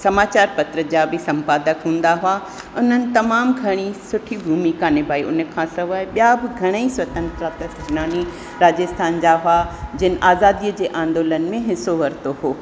समाचारु पत्र जा बि संपादक हूंदा हुआ उन्हनि तमामु खणी सुठी भुमिका निभाई हुन खां सवाइ ॿिया बि घणेई स्वत्रंता सेनानी राजस्थान जा हुआ जिनि आज़ादीअ जे आंदोलन में हिसो वरितो हुओ